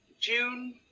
June